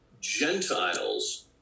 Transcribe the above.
Gentiles